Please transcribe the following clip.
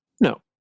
No